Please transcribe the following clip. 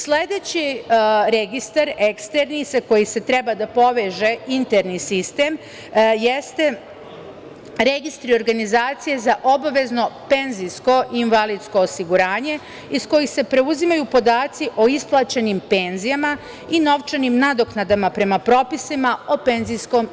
Sledeći registar, eksterni sa kojim treba da se poveže interni sistem jeste registri organizacija za obavezno penzijsko i invalidsko osiguranje iz kojih se preuzimaju podaci o isplaćenim penzijama i novčanim nadoknadama prema propisima o PIO.